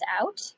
out